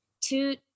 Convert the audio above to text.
two